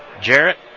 Jarrett